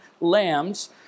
lambs